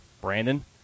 Brandon